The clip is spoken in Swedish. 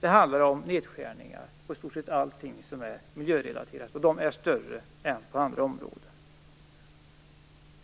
Det handlar om nedskärningar på i stort sett allting som är miljörelaterat, och dessa nedskärningar är större än nedskärningarna på andra områden.